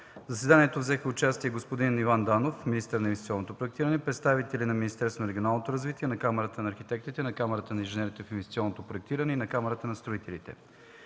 В заседанието взеха участие господин Иван Данов – министър на инвестиционното проектиране, представители на Министерството на регионалното развитие, на Камарата на архитектите, на Камарата на инженерите в инвестиционното проектиране и на Камарата на строителите.